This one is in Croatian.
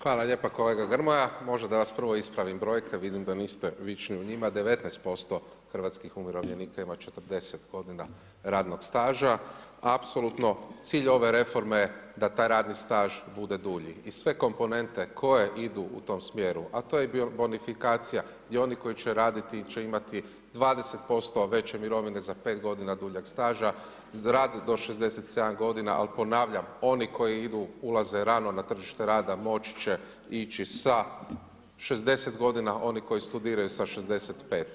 Hvala lijepo kolega Grmoja, možda da vas prvo ispravim, brojka vidim da niste pričaju o njemu, 19% hrvatskih umirovljenika ima 40 g. radnog staža, apsolutno cilj ove reforme, da taj radni staž bude dulji i sve komponente koje idu u tom smjeru, a to je bonifikacija i onih koji će raditi će imati 20% veće mirovine za 5 g. duljeg staža, za rad do 67 g. ali ponavljam, oni koji idu ulaze rano na tržište rada, moći će ići sa 60 g. oni koji studiraju sa 65.